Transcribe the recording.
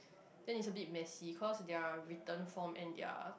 then it's a bit messy because their written form and their